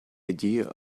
idea